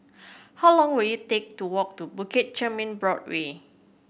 how long will it take to walk to Bukit Chermin Boardwalk